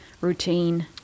routine